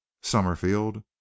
Summerfield